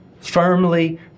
firmly